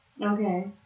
Okay